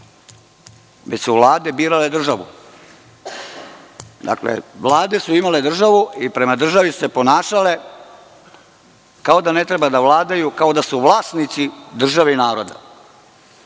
već su vlade birale državu. Vlade su imale državu i prema državi su se ponašale kao da ne treba da vladaju, kao da su vlasnici države i naroda.